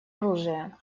оружия